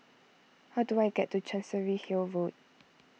how do I get to Chancery Hill Road